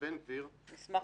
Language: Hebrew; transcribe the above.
בן גביר, אני אגיד.